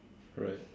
right